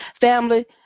Family